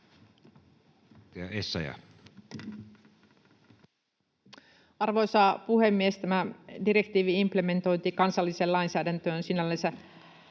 Arvoisa puhemies! Tämä direktiivin implementointi kansalliseen lainsäädäntöön sinällänsä...